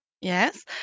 Yes